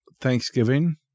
Thanksgiving